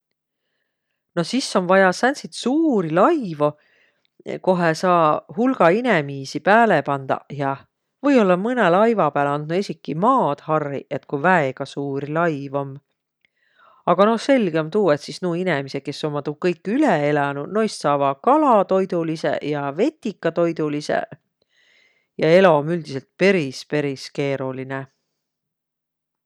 No sis om vaia sääntsit suuri laivo, kohe saa hulga inemiisi pääle pandaq ja või-ollaq mõnõ laiva pääl andnuq esiki maad harriq, ku väega suur laiv om. Aga no selge om tuu, et sis nuuq inemiseq, kes ommaq tuu kõik üle elänüq, noist saavaq kalatoidulisõq ja vetika toidulisõq ja elo om üldsiselt peris, peris keerolinõ.